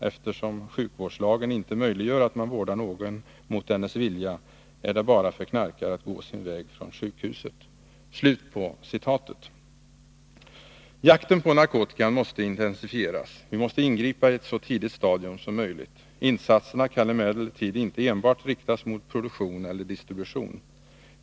Eftersom sjukvårdslagen inte möjliggör att man vårdar någon mot dennes vilja, är det bara för knarkare att gå sin väg från sjukhuset.” Jakten på narkotikan måste intensifieras. Vi måste ingripa i ett så tidigt stadium som möjligt. Insatserna kan emellertid inte enbart riktas mot produktion eller distribution.